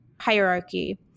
hierarchy